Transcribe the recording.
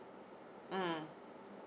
mm